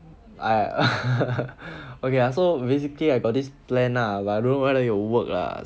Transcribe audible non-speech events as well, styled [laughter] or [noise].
err [laughs] okay lah so basically I got this plan lah but I don't know whether it will work lah